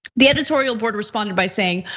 the editorial board responded by saying,